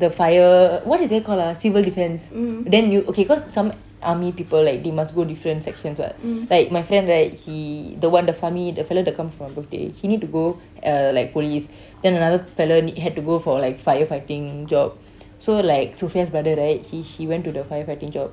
the fire what is that called ah the civil defence then you okay cause some army people like they must go different sections [what] like my friend right he the one the funny the fellow that come for my birthday the fellow went to go uh like police then another fellow had to go for like firefighting job so like sophia brother right he he went to the firefighting job